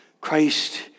Christ